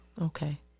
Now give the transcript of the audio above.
Okay